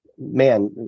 man